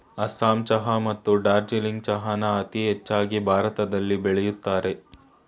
ಅಸ್ಸಾಂ ಚಹಾ ಮತ್ತು ಡಾರ್ಜಿಲಿಂಗ್ ಚಹಾನ ಅತೀ ಹೆಚ್ಚಾಗ್ ಭಾರತದಲ್ ಬೆಳಿತರೆ